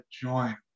join